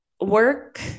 work